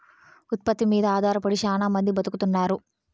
ఉత్పత్తి మీద ఆధారపడి శ్యానా మంది బతుకుతున్నారు